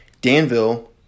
Danville